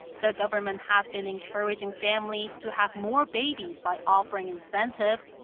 the government has been encouraging families to have more babies by offering incentives,